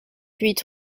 huit